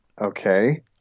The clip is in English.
Okay